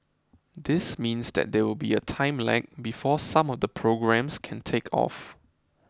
this means that there will be a time lag before some of the programmes can take off